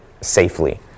safely